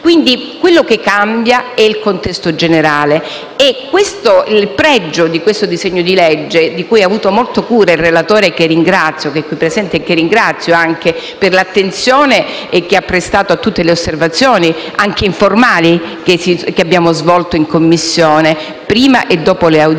Ciò che cambia è il contesto generale. Il pregio del disegno di legge, di cui ha avuto molta cura il relatore, qui presente, che ringrazio per l'attenzione che ha prestato a tutte le osservazioni anche informali che abbiamo svolto in Commissione prima e dopo le audizioni,